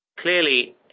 Clearly